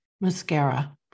mascara